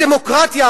הדמוקרטיה,